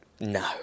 no